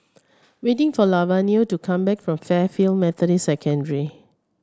waiting for Lavonia to come back from Fairfield Methodist second